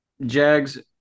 Jags